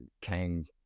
Kang